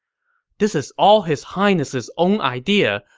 this is all his highness's own idea,